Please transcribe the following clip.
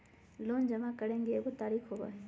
Loan जमा करेंगे एगो तारीक होबहई?